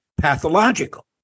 pathological